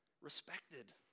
respected